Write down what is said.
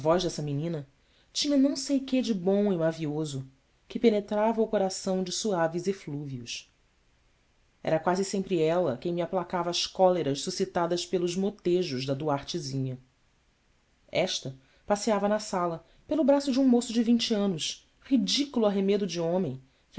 voz dessa menina tinha não sei quê de bom e mavioso que penetrava o coração de suaves eflúvios era quase sempre ela quem me aplacava as cóleras suscitadas pelos motejos da duartezinha esta passeava na sala pelo braço de um moço de vinte anos ridículo arremedo de homem